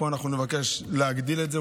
פה אנחנו נבקש להגדיל את זה,